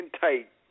tight